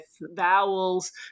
vowels